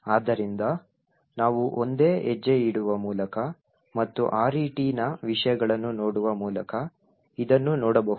ಆದ್ದರಿಂದ ನಾವು ಒಂದೇ ಹೆಜ್ಜೆಯಿಡುವ ಮೂಲಕ ಮತ್ತು RET ನ ವಿಷಯಗಳನ್ನು ನೋಡುವ ಮೂಲಕ ಇದನ್ನು ನೋಡಬಹುದು